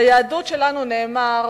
ביהדות שלנו נאמר,